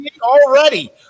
already